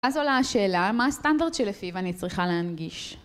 אז עולה השאלה, מה הסטנדרט שלפיו אני צריכה להנגיש?